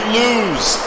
lose